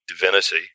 divinity